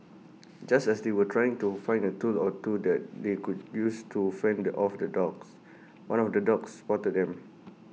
just as they were trying to find A tool or two that they could use to fend off the dogs one of the dogs spotted them